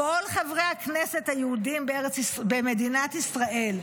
כל חברי הכנסת היהודים במדינת ישראל,